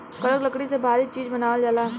करक लकड़ी से भारी चीज़ बनावल जाला